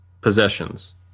possessions